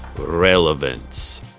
relevance